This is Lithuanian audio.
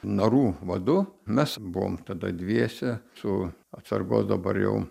narų vadu mes buvom tada dviese su atsargos dabar jau